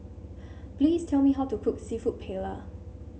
please tell me how to cook seafood Paella